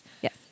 Yes